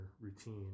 routine